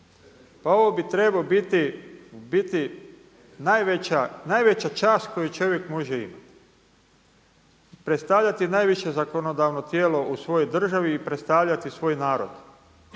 Pa ovo bi trebao biti u biti najveća čast koju čovjek može imati, predstavljati najviše zakonodavno tijelo u svojoj državi i predstavljati svoj narod.